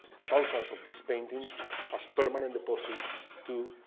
thousands of these paintings as permanent deposits to